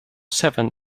seven